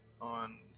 on